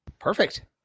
Perfect